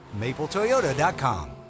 mapletoyota.com